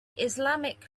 islamic